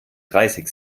dreißig